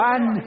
One